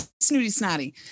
snooty-snotty